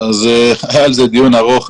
היה על זה דיון ארוך.